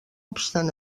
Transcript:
obstant